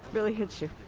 really hits you.